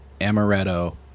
amaretto